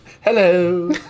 hello